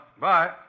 Bye